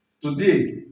Today